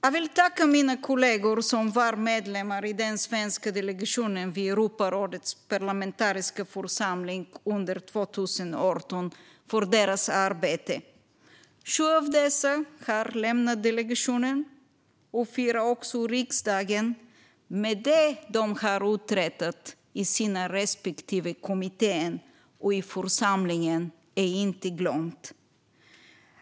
Jag vill tacka mina kollegor som var medlemmar i den svenska delegationen vid Europarådets parlamentariska församling under 2018 för deras arbete. Sju av dem har lämnat delegationen. Fyra har också lämnat riksdagen. Men det de har uträttat i sina respektive kommittéer och i församlingen är inte glömt.